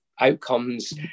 outcomes